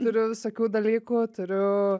turiu visokių dalykų turiu